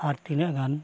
ᱟᱨ ᱛᱤᱱᱟᱹᱜ ᱜᱟᱱ